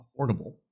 affordable